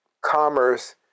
commerce